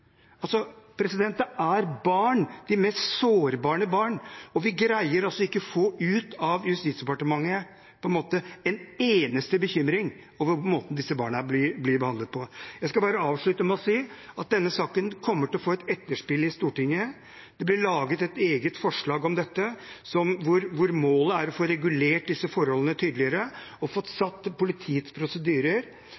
det er barn, de mest sårbare barn, og vi greier ikke å få ut av Justisdepartementet en eneste bekymring over måten disse barna blir behandlet på. Jeg skal avslutte med bare å si at denne saken kommer til å få et etterspill i Stortinget. Det blir laget et eget forslag om dette, hvor målet er å få regulert disse forholdene tydeligere og